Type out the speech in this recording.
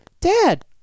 Dad